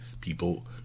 people